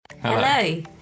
Hello